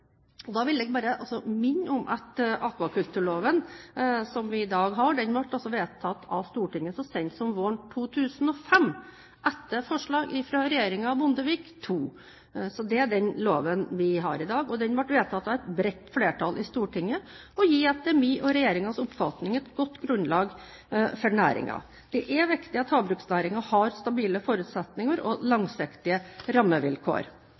Da vil jeg bare minne om at akvakulturloven som vi i dag har, ble vedtatt av Stortinget så sent som våren 2005, etter forslag fra regjeringen Bondevik II. Det er den loven vi har i dag. Den ble vedtatt av et bredt flertall i Stortinget og gir etter min og regjeringens oppfatning et godt grunnlag for næringen. Det er viktig at havbruksnæringen har stabile forutsetninger og langsiktige rammevilkår.